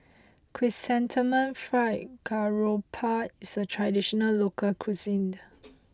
Chrysanthemum Fried Garoupa is a traditional local cuisine